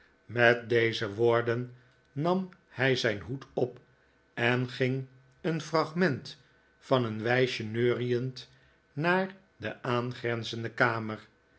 met deze woorden nam hij zijn hoed op en ging een fragment van een wijsje neuriend naar de aangrenzende kamer